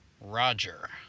Roger